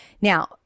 Now